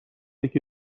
یکی